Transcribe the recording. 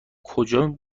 کجا